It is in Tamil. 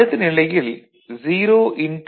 அடுத்த நிலையில் 0